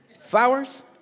Flowers